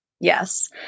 Yes